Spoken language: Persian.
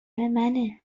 منه